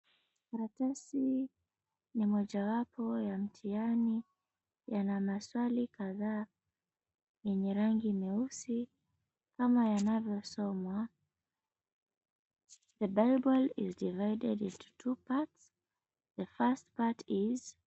Karatasi ya mojawapo ya mtihani yana maswali kadhaa yenye rangi meusi ama yanavyosomwa, "The bible is divided into two parts, the first part is..." .